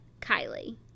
Kylie